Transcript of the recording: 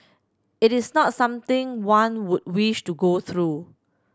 it is not something one would wish to go through